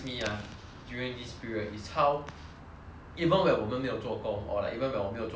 even when 我们没有做工 or like even when 我没有做工我已经 receive 到 like government 的 pay 了